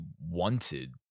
wanted